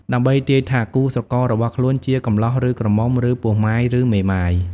ដើម្បីទាយថាគូស្រកររបស់ខ្លួនជា កំលោះឬក្រមុំ ឬ ពោះម៉ាយឬមេម៉ាយ ។